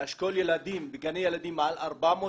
אשכול ילדים בגני ילדים, מעל 400 ילדים.